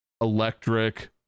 electric